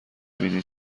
بینی